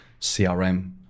CRM